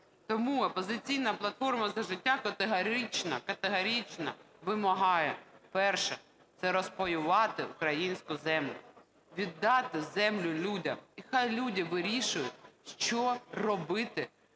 Тому "Опозиційна платформа – За життя" категорично, категорично вимагає: перше – це розпаювати українську землю, віддати землю людям, і хай люди вирішують, що робити